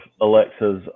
Alexas